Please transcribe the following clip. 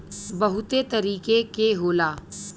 बहुते तरीके के होला